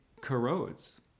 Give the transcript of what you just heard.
corrodes